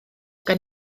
gan